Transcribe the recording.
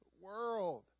world